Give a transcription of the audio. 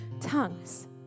tongues